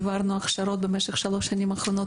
העברנו הכשרות במשך שלוש השנים האחרונות,